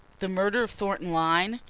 the murder of thornton lyne?